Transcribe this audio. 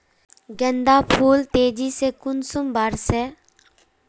गेंदा फुल तेजी से कुंसम बार से?